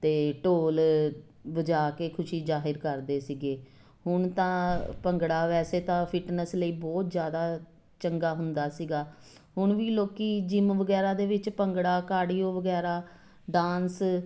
ਅਤੇ ਢੋਲ ਵਜਾ ਕੇ ਖੁਸ਼ੀ ਜਾਹਿਰ ਕਰਦੇ ਸੀਗੇ ਹੁਣ ਤਾਂ ਭੰਗੜਾ ਵੈਸੇ ਤਾਂ ਫਿਟਨੈਸ ਲਈ ਬਹੁਤ ਜ਼ਿਆਦਾ ਚੰਗਾ ਹੁੰਦਾ ਸੀਗਾ ਹੁਣ ਵੀ ਲੋਕ ਜਿਮ ਵਗੈਰਾ ਦੇ ਵਿੱਚ ਭੰਗੜਾ ਕਾਡੀਓ ਵੈਗਰਾ ਡਾਂਸ